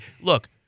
look